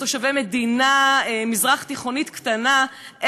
כתושבי מדינה מזרח-תיכונית קטנה,